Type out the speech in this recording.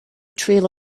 trail